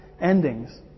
endings